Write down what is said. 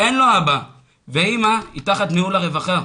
אין לא אבא ואימא היא תחת ניהול הרווחה.